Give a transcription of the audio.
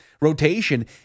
rotation